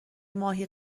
ماهی